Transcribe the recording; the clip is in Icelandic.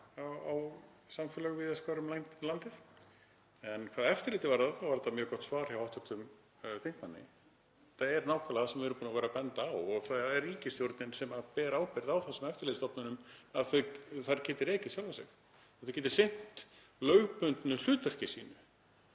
á samfélög víðast hvar um landið. En hvað eftirlitið varðar þá er þetta mjög gott svar hjá hv. þingmanni. Þetta er nákvæmlega það sem við erum búin að vera að benda á og það er ríkisstjórnin sem ber ábyrgð á þessum eftirlitsstofnunum, að þær geti rekið sig og geti sinnt lögbundnu hlutverki sínu.